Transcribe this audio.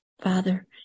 Father